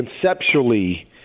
conceptually